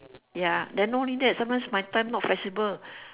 ya then not only sometimes my time not flexible